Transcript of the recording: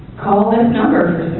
call this number